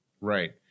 Right